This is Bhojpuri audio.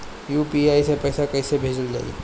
यू.पी.आई से पैसा कइसे भेजल जाई?